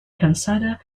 consider